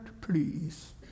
please